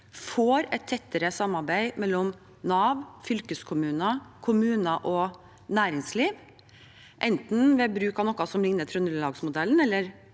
får et tettere samarbeid mellom Nav, fylkeskommuner, kommuner og næringsliv – enten ved bruk av noe som ligner Trøndelagsmodellen,